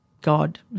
God